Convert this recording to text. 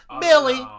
Billy